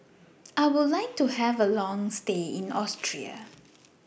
I Would like to Have A Long stay in Austria